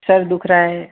सिर दुख रहा है